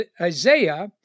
Isaiah